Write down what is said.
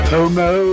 Homo